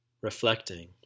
reflecting